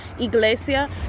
Iglesia